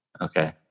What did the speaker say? Okay